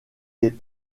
est